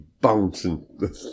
bouncing